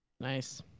Nice